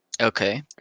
Okay